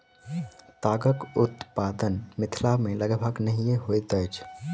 तागक उत्पादन मिथिला मे लगभग नहिये होइत अछि